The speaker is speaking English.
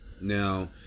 Now